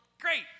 great